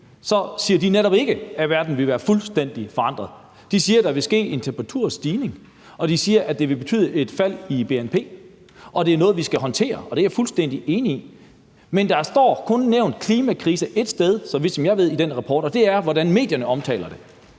siger de netop ikke, at verden vil være fuldstændig forandret. De siger, at der vil ske en temperaturstigning, og de siger, at det vil betyde et fald i bnp, og det er noget, vi skal håndtere, og det er jeg fuldstændig enig i. Men der står kun nævnt »klimakrise« ét sted, så vidt som jeg ved, i den rapport, og det er, i forhold til hvordan medierne omtaler det.